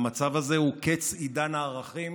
המצב הזה הוא קץ עידן הערכים